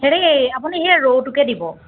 হেৰি আপুনি সেই ৰৌটোকে দিব